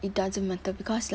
it doesn't matter because